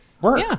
Work